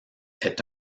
est